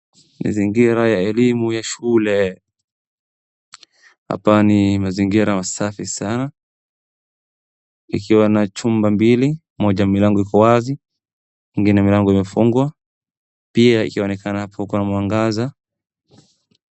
Mazingira ya elimu ya shule, hapa ni mazingira masafi sana ikiwa na chumba mbili moja milango iko wazi ingine milango imefungwa pia ikionekana hapo iko na mwangaza.